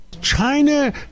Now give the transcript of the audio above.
China